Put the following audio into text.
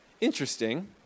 interesting